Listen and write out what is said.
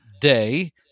day